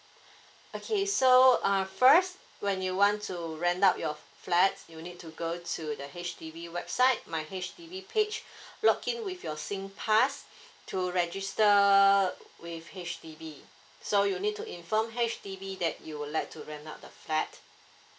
okay so uh first when you want to rent out your flats you need to go to the H_D_B website my H_D_B page login with your sing pass to register with H_D_B so you need to inform H_D_B that you would like to rent out the flat